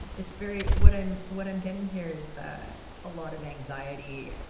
it's very what i'm what i'm getting here is a lot of anxiety.